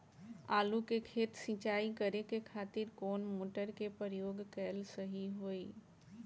आलू के खेत सिंचाई करे के खातिर कौन मोटर के प्रयोग कएल सही होई?